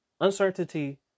Uncertainty